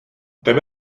tebe